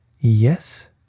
Yes